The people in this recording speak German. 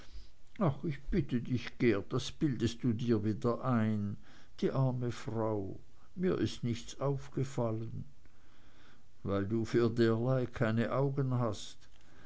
ach ich bitte dich geert das bildest du dir wieder ein die arme frau mir ist nichts aufgefallen weil du für derlei keine augen hast